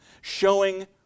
showing